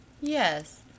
Yes